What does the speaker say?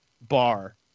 bar